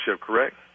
correct